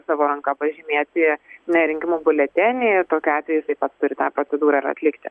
savo ranka pažymėti ne rinkimų biuletenyj tokiu atveju jisai pats turi tą procedūrą ir atlikti